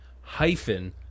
hyphen